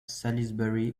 salisbury